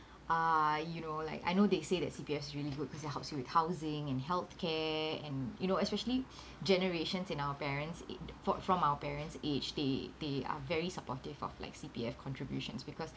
uh you know like I know they say that C_P_F is really good because they helps you with housing and healthcare and you know especially generations in our parents a~ fro~ from our parents' age they they are very supportive of like C_P_F contributions because